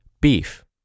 beef